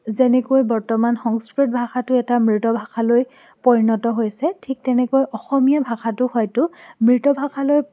যেনেকৈ বৰ্তমান সংস্কৃত ভাষাটো এটা মৃত ভাষালৈ পৰিণত হৈছে ঠিক তেনেকৈ অসমীয়া ভাষাটো হয়তো মৃত ভাষালৈ